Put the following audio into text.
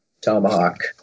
tomahawk